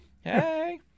Hey